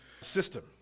system